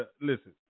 listen